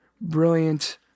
brilliant